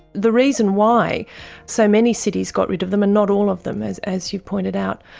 the reason why so many cities got rid of them, and not all of them as as you've pointed out,